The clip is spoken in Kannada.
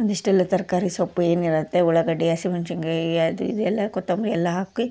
ಒಂದಿಷ್ಟೆಲ್ಲ ತರಕಾರಿ ಸೊಪ್ಪು ಏನಿರುತ್ತೆ ಉಳ್ಳಾಗಡ್ಡೆ ಹಸಿಮೆಣ್ಸಿನ ಕಾಯಿ ಅದು ಇದು ಎಲ್ಲ ಕೊತ್ತಂಬರಿ ಎಲ್ಲ ಹಾಕಿ